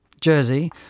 Jersey